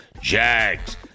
Jags